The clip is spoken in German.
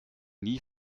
nie